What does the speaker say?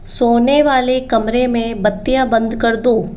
सोने वाले कमरे में बत्तियाँ बंद कर दो